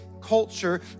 culture